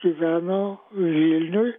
gyveno vilniuj